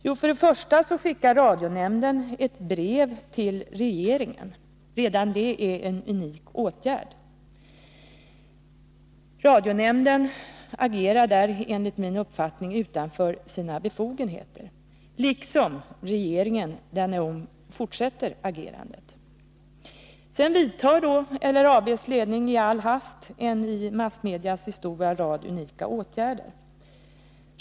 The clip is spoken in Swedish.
Jo, först skickar radionämnden ett brev till regeringen — redan det en unik åtgärd. Radionämnden agerar där enligt min uppfattning utanför sina befogenheter, liksom regeringen när den fortsätter agerandet. Sedan vidtar Sveriges Lokalradios ledning i all hast en rad i massmedias historia unika åtgärder.